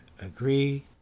Agree